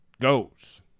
goes